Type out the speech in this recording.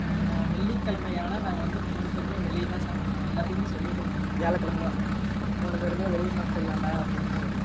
வெள்ளிக்கிழமையானா நாங்கள் வந்து மூணு பேரும் வெளியே தான் சாப்பிடுவோம் எல்லாத்துக்குமே சொல்லிவிடுவோம் வியாழக்கிழமையே மூணு பேரும் வெளியே சாப்பிட்க்கலான்டா அப்படின்ட்டு